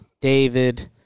David